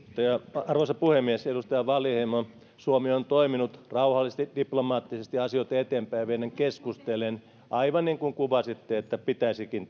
arvoisa puhemies edustaja wallinheimo suomi on toiminut rauhallisesti diplomaattisesti ja asioita eteenpäin vieden keskustellen aivan niin kuin kuvasitte että pitäisikin